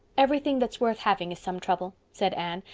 everything that's worth having is some trouble, said anne,